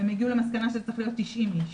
והם הגיעו למסקנה שצריך להיות 90 איש